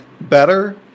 better